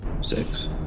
Six